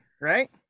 Right